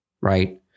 right